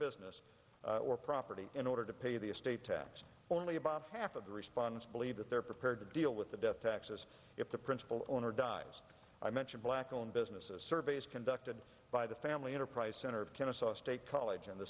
business or property in order to pay the estate tax only about half of the responsibility that they're prepared to deal with the death taxes if the principal owner dies i mention black owned businesses surveys conducted by the family enterprise center of kennesaw state college and the